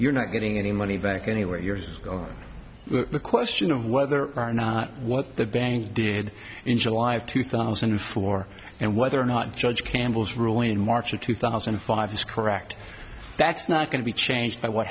you're not getting any money back anywhere yours or the question of whether or not what the bank did in july of two thousand and four and whether or not judge campbell's ruling in march of two thousand and five is correct that's not going to be changed by what